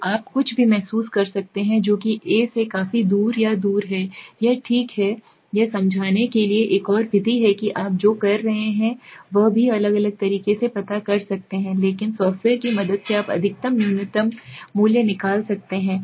तो आप कुछ भी महसूस कर सकते हैं जो कि ए से काफी दूर या दूर है यह एक मैं ठीक है यह समझाने की एक और विधि है कि आप जो कर सकते हैं वह भी अलग अलग तरीके से पता कर सकते हैं लेकिन सॉफ्टवेयर की मदद से आप अधिकतम न्यूनतम न्यूनतम मूल्य निकाल सकते हैं